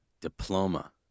diploma